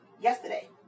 yesterday